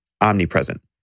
omnipresent